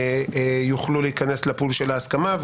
יוכלו להיכנס לפול של ההסכמה,